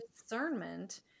discernment